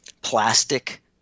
plastic